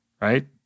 right